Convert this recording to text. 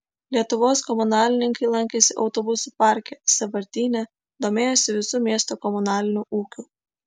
lietuvos komunalininkai lankėsi autobusų parke sąvartyne domėjosi visu miesto komunaliniu ūkiu